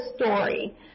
story